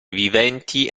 viventi